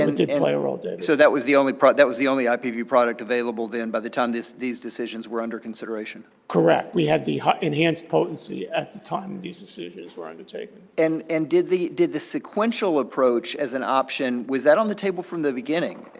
and did play a role david. so that was the only part that was the only ipv product available then by the time this these decisions were under consideration? correct, we had the enhanced potency at the time these decisions were undertaken. and and did the did the sequential approach as an option was that on the table from the beginning?